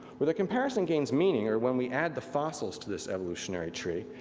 where the comparison gains meaning are when we add the fossils to this evolutionary tree,